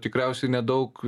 tikriausiai nedaug